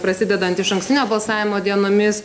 prasidedant išankstinio balsavimo dienomis